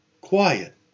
quiet